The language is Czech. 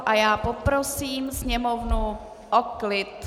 A já poprosím sněmovnu o klid.